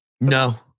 no